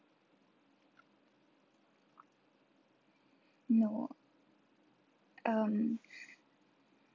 no um